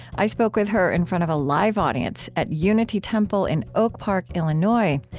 i spoke with her in front of a live audience at unity temple in oak park, illinois,